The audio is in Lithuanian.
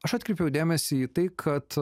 aš atkreipiau dėmesį į tai kad